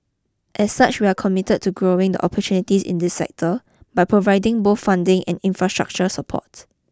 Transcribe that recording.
as such we are committed to growing the opportunities in this sector by providing both funding and infrastructure support